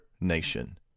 nation